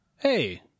Hey